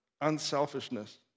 unselfishness